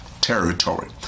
territory